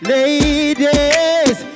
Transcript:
Ladies